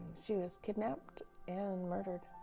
she was kidnapped and murdered